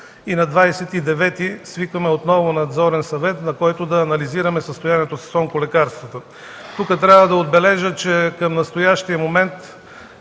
и на 29-и свикваме отново Надзорен съвет, на който да анализираме състоянието с онколекарствата. Тук трябва да отбележа, че към настоящия момент,